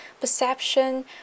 perception